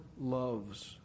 loves